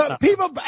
people